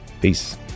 Peace